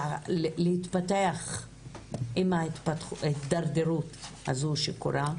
להתפתח עם ההידרדרות הזו שקורית,